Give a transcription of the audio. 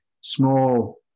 small